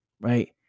right